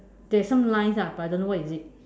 there's some lines ah but I don't know what is it